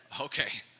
Okay